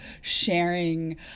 sharing